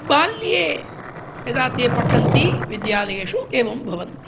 बाल्ये यदा ते पठन्ति विद्यालयेषु एवं भवन्ति